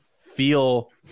feel